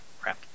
crap